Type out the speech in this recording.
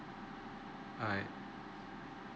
alright